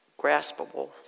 graspable